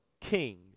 king